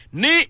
ni